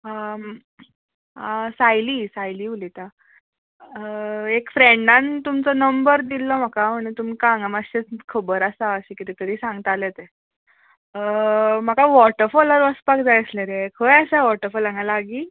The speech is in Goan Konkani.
सायली सायली उलयतां एक फ्रेडांन तुमचो नंबर दिल्लो म्हाका म्हणल्यार तुमका हागा मातशें खबर आसा अशे किदें तरी सांगतालें तें म्हाका वॉटरफॉलार वचपाक जाय आसले रे खंय आसा वॉटरफॉल हागां लागी